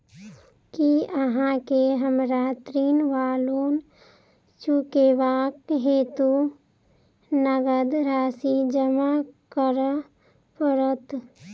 की अहाँ केँ हमरा ऋण वा लोन चुकेबाक हेतु नगद राशि जमा करऽ पड़त?